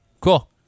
cool